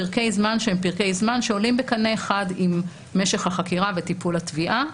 פרקי זמן שהם עולים בקנה אחד עם משך החקירה וטיפול התביעה,